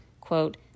quote